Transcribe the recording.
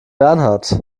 bernhard